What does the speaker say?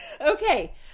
Okay